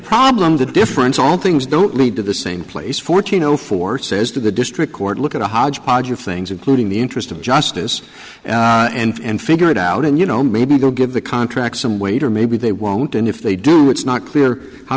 problem the difference all things don't lead to the same place fourteen zero four says to the district court look at a hodgepodge of things including the interest of justice and figure it out and you know maybe they'll give the contract some weight or maybe they won't and if they do it's not clear how